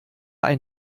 ein